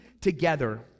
together